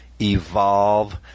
evolve